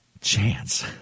chance